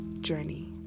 journey